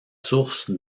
sources